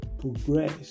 progress